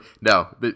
no